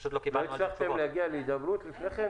פשוט לא קיבלנו עליהן תשובות.